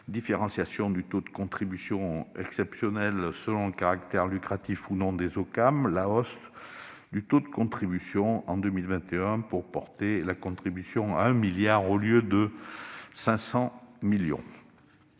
différenciation du taux de contribution exceptionnelle selon le caractère lucratif ou non des OCAM et à la hausse du taux de contribution en 2021, pour porter la contribution à 1 milliard, au lieu de 500 millions